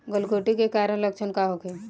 गलघोंटु के कारण लक्षण का होखे?